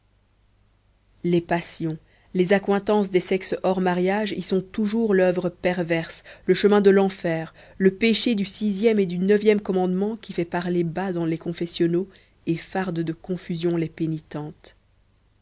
les passions les accointances des sexes hors mariage y sont toujours l'oeuvre perverse le chemin de l'enfer le péché du sixième et du neuvième commandement qui fait parler bas dans les confessionnaux et farde de confusion les pénitentes